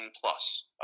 plus